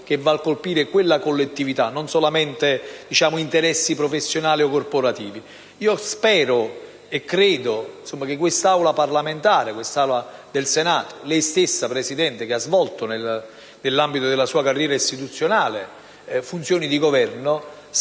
che va a colpire quella collettività e non solamente interessi professionali o corporativi. Spero e credo che quest'Assemblea e lei stessa, Presidente, che ha svolto nell'ambito della sua carriera istituzionale funzioni di governo,